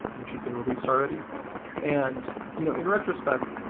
which had been re leased already. and you know in retrospect,